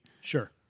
Sure